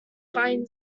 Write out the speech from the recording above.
fine